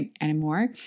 anymore